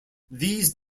these